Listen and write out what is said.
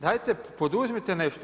Dajte poduzmite nešto.